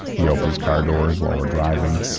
he opens car doors while we're driving,